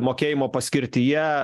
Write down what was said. mokėjimo paskirtyje